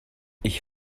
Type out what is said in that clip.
ich